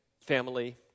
family